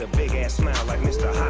big-ass smile like mr.